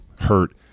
hurt